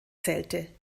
zählte